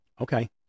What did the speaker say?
Okay